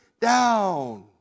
down